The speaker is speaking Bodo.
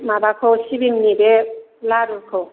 माबाखौ सिबिंनि बे लारुखौ